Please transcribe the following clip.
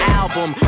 album